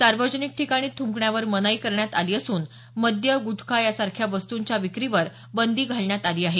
सार्वजनिक ठिकाणी थुंकण्यावर मनाई करण्यात आली असून मद्य गुटखा यासारख्या वस्तुंच्या विक्रीवर बंदी घालण्यात आली आहे